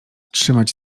trzymać